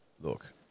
Look